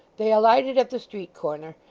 they alighted at the street corner,